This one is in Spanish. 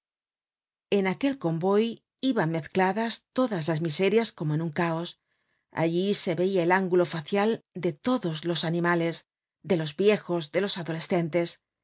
en aquel convoy iban mezcladas todas las miserias como en un cáos allí se veia el ángulo facial de todos los animales de los viejos de los adolescentes